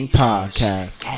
podcast